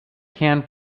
can